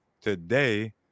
today